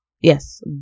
Yes